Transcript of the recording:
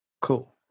cool